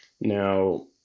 now